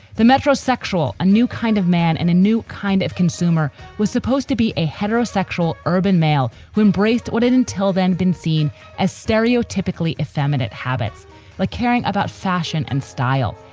the metrosexual. a new kind of man. and a new kind of consumer was supposed to be a heterosexual urban male who embraced what it until then been seen as stereotypically effeminate habits like caring about fashion and style,